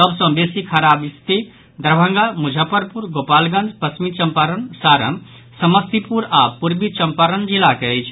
सभ सॅ बेसी खराब स्थिति दरभंगा मुजफ्फरपुर गोपालगंज पश्चिमी चंपारण सारण समस्तीपुर आ पूर्वी चंपारण जिलाक अछि